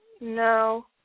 No